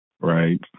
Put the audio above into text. right